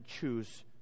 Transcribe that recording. choose